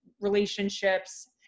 relationships